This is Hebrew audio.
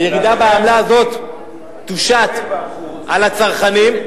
הירידה בעמלה הזאת תושת על הצרכנים.